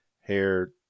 Hair